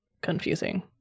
confusing